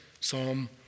Psalm